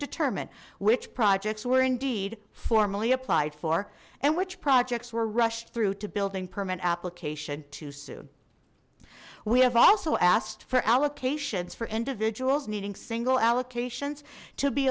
determine which projects were indeed formally applied for and which projects were rushed through to building permit application too soon we have also asked for allocations for individuals needing single allocations to be